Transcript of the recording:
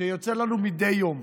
שיוצא לנו מדי יום.